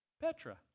Petra